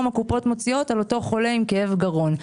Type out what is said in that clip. הקופות מציעות לאותו חולה עם כאב גרון.